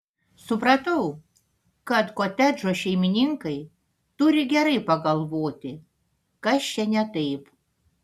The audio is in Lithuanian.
supratau kad kotedžo šeimininkai turi gerai pagalvoti kas čia ne taip